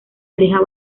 aleja